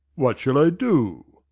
what shall i do?